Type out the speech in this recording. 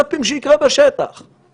ונודה בינינו לבין עצמנו שמהפלסטינים חייבים